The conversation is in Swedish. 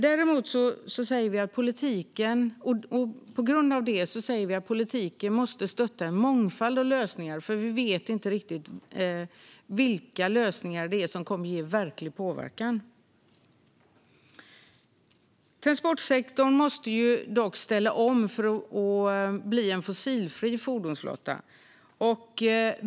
Därför säger vi att politiken måste stötta en mångfald av lösningar, för vi vet inte riktigt vilka lösningar det är som kommer att ge verklig påverkan. Transportsektorn måste dock ställa om för att bli en fossilfri fordonsflotta.